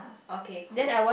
okay cool